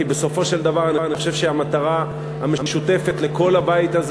כי בסופו של דבר אני חושב שהמטרה המשותפת לכל הבית הזה